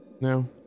no